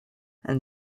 and